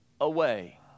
away